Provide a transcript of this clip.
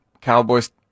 Cowboys